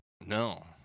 No